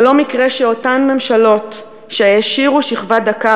זה לא מקרה שאותן ממשלות שהעשירו שכבה דקה,